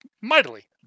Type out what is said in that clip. Mightily